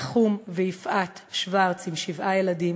נחום ויפעת שוורץ עם שבעה ילדים,